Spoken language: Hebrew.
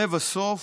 לבסוף,